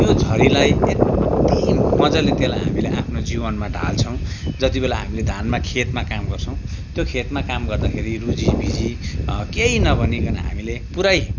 त्यो झरीलाई यत्ति मज्जाले त्यसलाई हामीले आफ्नो जिवनमा ढाल्छौँ जतिबेला हामीले धानमा खेतमा काम गर्छौँ त्यो खेतमा काम गर्दाखेरि रुझिभिजी केही नभनीकन हामीले पुरै